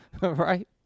Right